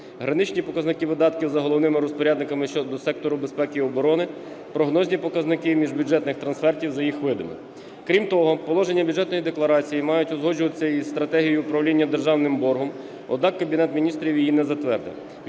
граничні показники видатків за головними розпорядниками щодо сектору безпеки і оборони, прогнозні показники міжбюджетних трансфертів за їх видами. Крім того, положення Бюджетної декларації мають узгоджуватися із стратегією управління державним боргом, однак Кабінет Міністрів її не затвердив.